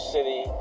City